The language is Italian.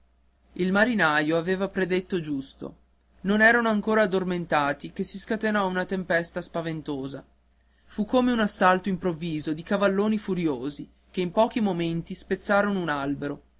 il marinaio aveva predetto giusto non erano ancora addormentati che si scatenò una tempesta spaventosa fu come un assalto improvviso di cavalloni furiosi che in pochi momenti spezzarono un albero